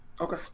Okay